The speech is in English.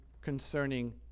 concerning